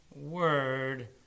word